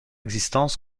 existence